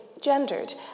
gendered